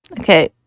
Okay